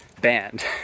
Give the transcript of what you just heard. band